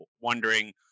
wondering